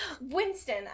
Winston